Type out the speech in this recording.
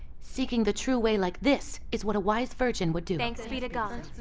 seeking the true way like this is what a wise virgin would do! thanks be to god!